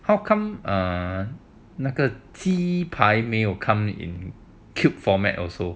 how come err 那个鸡排没有 come in cube format also